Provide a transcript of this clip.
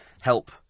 help